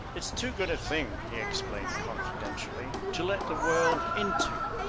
it's too good a thing, he explained confidentially, to let the world into.